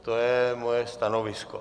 To je moje stanovisko.